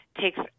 takes